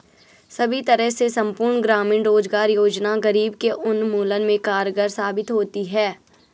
सभी तरह से संपूर्ण ग्रामीण रोजगार योजना गरीबी के उन्मूलन में कारगर साबित होती है